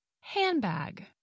handbag